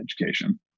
education